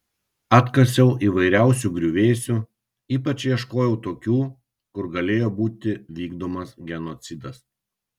atkasiau įvairiausių griuvėsių ypač ieškojau tokių kur galėjo būti vykdomas genocidas